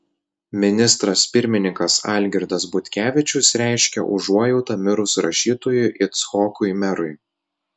ministras pirmininkas algirdas butkevičius reiškia užuojautą mirus rašytojui icchokui merui